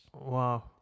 wow